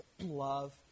love